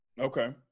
Okay